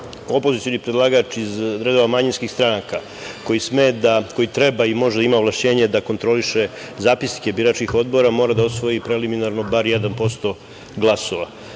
opozicioni predlagač iz redova manjinskih stranaka koji treba i može da ima ovlašćenja da kontroliše zapisnike biračkih odbora mora da osvoji preliminarno bar 1% glasova. Ovo